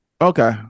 okay